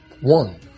One